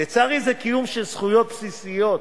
לצערי, זה קיום של זכויות בסיסיות,